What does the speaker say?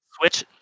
switch